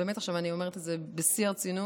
באמת עכשיו אני אומרת את זה בשיא הרצינות.